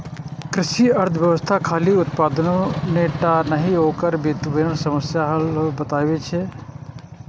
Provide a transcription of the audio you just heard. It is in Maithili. कृषि अर्थशास्त्र खाली उत्पादने टा नहि, ओकर वितरण समस्याक हल सेहो बतबै छै